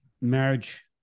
marriage